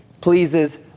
pleases